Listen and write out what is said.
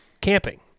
camping